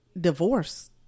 divorce